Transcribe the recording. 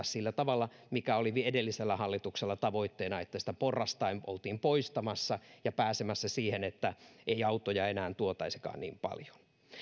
sillä tavalla mikä oli edellisellä hallituksella tavoitteena että sitä porrastaen oltiin poistamassa ja pääsemässä siihen että autoja ei enää tuotaisikaan niin paljon